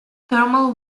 thermal